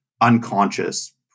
unconscious